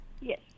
yes